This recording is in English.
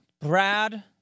Brad